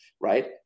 right